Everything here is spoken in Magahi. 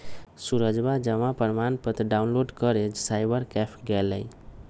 सूरजवा जमा प्रमाण पत्र डाउनलोड करे साइबर कैफे गैलय